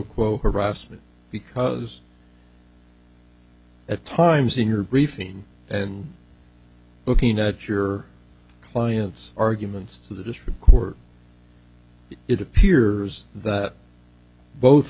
quo harassment because at times in your briefing and looking at your client's arguments to this report it appears that both